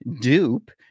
dupe